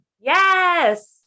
Yes